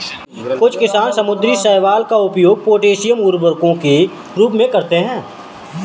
कुछ किसान समुद्री शैवाल का उपयोग पोटेशियम उर्वरकों के रूप में करते हैं